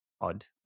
odd